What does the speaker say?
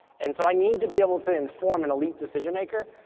and so i need to be able to inform an elite decision maker.